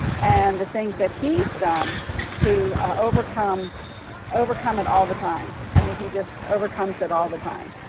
and the things that he's done to overcome overcome it all the time, i mean, he just overcomes that all the time.